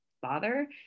father